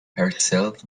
herself